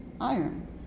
iron